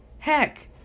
heck